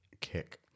kick